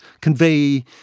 convey